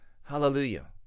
Hallelujah